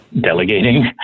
delegating